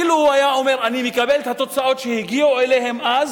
אילו היה אומר: אני מקבל את התוצאות שהגיעו אליהן אז,